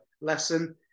lesson